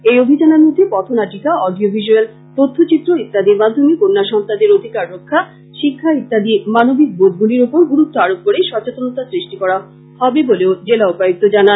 এই অভিযানের মধ্যে পথনাটিকা অডিও ভিসুয়াল তথ্যচিত্র ইত্যাদির মাধ্যমে কন্যা সন্তানদের অধিকার রক্ষা শিক্ষা ইত্যাদি মানবিক বোধগুলির ওপর গুরুত্ব আরোপ করে সচেতনতা সৃষ্টি করা হবে বলেও জেলা উপায়ুক্ত জানান